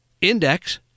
index